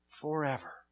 forever